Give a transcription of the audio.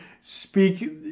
speak